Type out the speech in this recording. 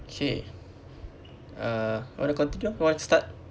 K uh want to continue want to start